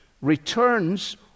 returns